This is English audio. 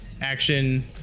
action